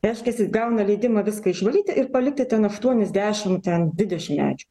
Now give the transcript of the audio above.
reiškiasi gauna leidimą viską išvalyti ir palikti ten aštuonis dešimt ten dvidešim medžių